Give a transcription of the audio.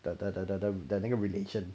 the the the the the the 那个 relation